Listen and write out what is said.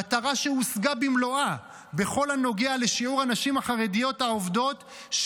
מטרה שהושגה במלואה בכל הנוגע לשיעור הנשים החרדיות העובדות,